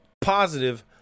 positive